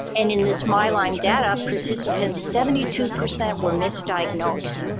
and in this mylymedata participants, seventy two percent were misdiagnosed.